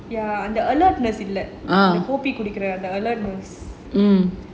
ya the alert குடிகிறத அந்த:kudikiratha atha awarenesss